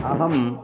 अहं